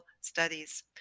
studies